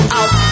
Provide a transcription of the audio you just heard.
out